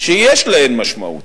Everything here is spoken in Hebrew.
שיש להן משמעויות,